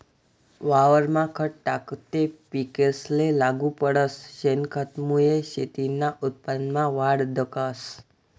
वावरमा खत टाकं ते पिकेसले लागू पडस, शेनखतमुये शेतीना उत्पन्नमा वाढ दखास